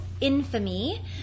Infamy